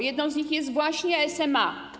Jedną z nich jest właśnie SMA.